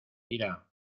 tira